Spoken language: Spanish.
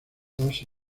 dos